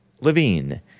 Levine